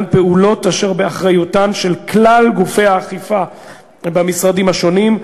פעולות אשר באחריותם של כלל גופי האכיפה במשרדים השונים,